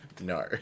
No